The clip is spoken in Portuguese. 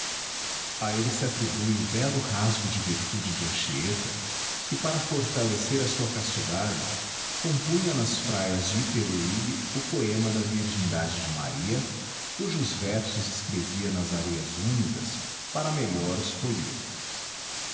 a ele se atribui o belo rasgo de virtude de anchieta que para fortalecer a sua castidade compunha nas praias de iperoig o poema da virgindade de maria cujos versos escrevia nas areias úmidas para melhor os polir